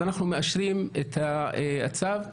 אז אנחנו מאשרים את הצו.